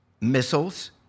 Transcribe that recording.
missiles